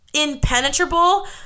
impenetrable